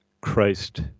Christ